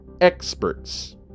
experts